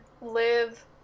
live